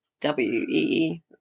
W-E-E